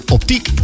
Optiek